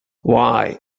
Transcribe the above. why